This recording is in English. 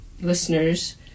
listeners